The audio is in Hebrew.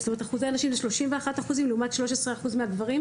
אחוזי הנשים עומדים על כ-31% לעומת אחוזי הגברים,